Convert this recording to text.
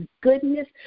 goodness